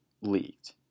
leaked